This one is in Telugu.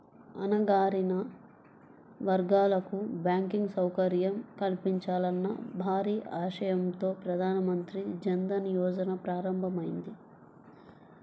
అణగారిన వర్గాలకు బ్యాంకింగ్ సౌకర్యం కల్పించాలన్న భారీ ఆశయంతో ప్రధాన మంత్రి జన్ ధన్ యోజన ప్రారంభమైంది